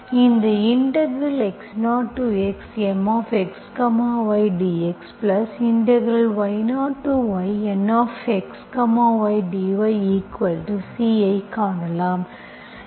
இந்த x0xMxy dxy0yNxy dyC ஐ காணலாம்